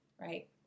right